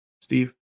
Steve